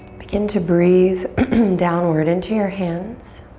begin to breathe downward into your hands.